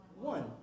one